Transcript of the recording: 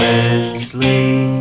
Leslie